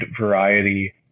variety